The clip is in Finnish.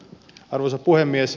arvoisa puhemies